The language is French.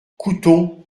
couthon